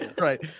Right